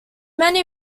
many